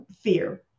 fear